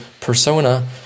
persona